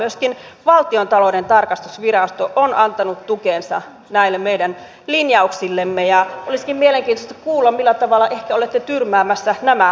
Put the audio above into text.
myöskin valtiontalouden tarkastusvirasto on antanut tukensa näille meidän linjauksillemme ja olisikin mielenkiintoista kuulla millä tavalla ehkä olette tyrmäämässä nämä asiat